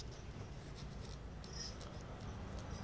RTGS ಮಾಡ್ಲೊ NEFT ಮಾಡ್ಲೊ?